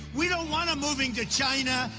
we don't want them moving to china,